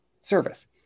Service